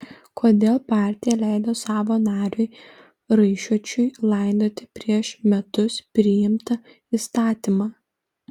kodėl partija leido savo nariui raišuočiui laidoti prieš metus priimtą įstatymą